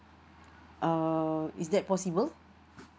uh is that possible